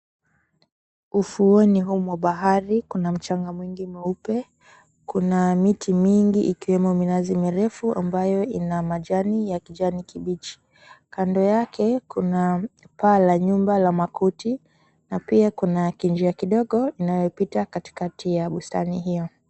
Ufuoni huu mwa bahari, kuna mchanga mwingi mweupe. Kuna miti mingi, ikiwemo, minazi mirefu ambayo ina majani ya kijani kibichi. Kando yake kuna paa la nyumba la makuti, na pia kuna kinjia kidogo, inayopita katikati ya bustani hiyo.